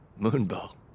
Moonbow